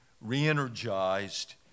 re-energized